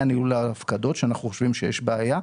ניהול ההפקדות שאנחנו חושבים שיש בעיה.